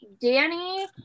Danny